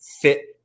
fit